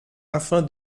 afin